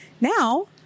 now